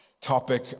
Topic